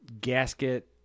gasket